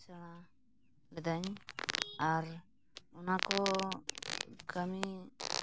ᱥᱮᱲᱟ ᱞᱤᱫᱟᱹᱧ ᱟᱨ ᱚᱱᱟ ᱠᱚ ᱠᱟᱹᱢᱤ